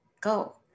go